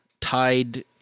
tied